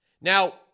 Now